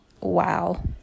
wow